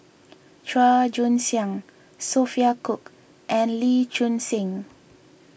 Chua Joon Siang Sophia Cooke and Lee Choon Seng